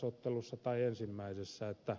ottelussa tai ensimmäisessä